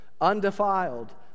undefiled